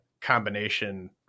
combination